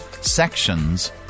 sections